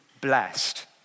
blessed